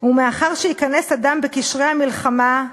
"ומאחר שייכנס אדם בקשרי המלחמה,